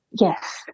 Yes